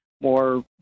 more